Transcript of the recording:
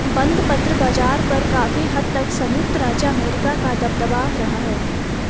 बंधपत्र बाज़ार पर काफी हद तक संयुक्त राज्य अमेरिका का दबदबा रहा है